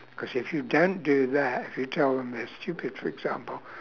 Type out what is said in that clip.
cause if you don't do that if you tell them they're stupid for example